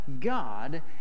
God